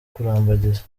kurambagiza